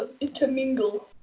intermingle